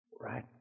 right